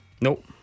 Nope